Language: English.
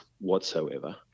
whatsoever